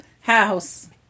house